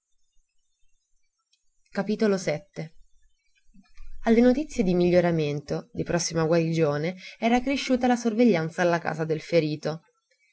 perdona pensò alle notizie di miglioramento di prossima guarigione era cresciuta la sorveglianza alla casa del ferito